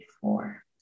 four